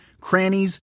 crannies